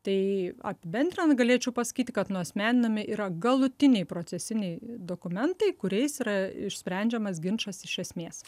tai apibendrinant galėčiau pasakyti kad nuasmeninami yra galutiniai procesiniai dokumentai kuriais yra išsprendžiamas ginčas iš esmės